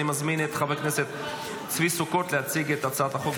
אני מזמין את חבר כנסת צבי סוכות להציג את הצעת החוק,